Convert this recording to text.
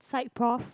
side prof